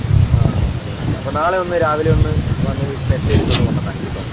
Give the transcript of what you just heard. ആഹ് okay okay അപ്പോൾ നാളെ ഒന്ന് രാവിലെ ഒന്ന് വന്ന് ടെസ്റ്റ് ചെയ്തിട്ട് ഒന്ന് കൊണ്ടുക്കാണിക്കൂ കേട്ടോ